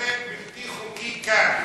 שוהה בלתי חוקי כאן,